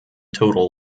total